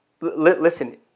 Listen